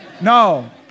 No